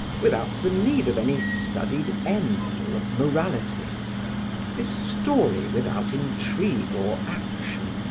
without the need of any studied end, or of morality this story without intrigue or action,